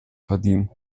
verdienen